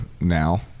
now